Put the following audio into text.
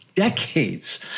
decades